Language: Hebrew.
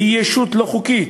והיא ישות לא חוקית,